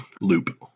loop